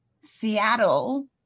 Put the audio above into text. Seattle